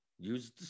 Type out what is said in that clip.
Use